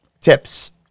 tips